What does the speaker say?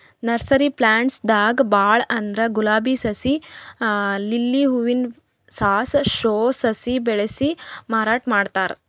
nursery plants ದಾಗ್ ಭಾಳ್ ಅಂದ್ರ ಗುಲಾಬಿ ಸಸಿ, ಲಿಲ್ಲಿ ಹೂವಿನ ಸಾಸ್, ಶೋ ಸಸಿ ಬೆಳಸಿ ಮಾರಾಟ್ ಮಾಡ್ತಾರ್